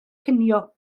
cinio